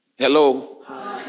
hello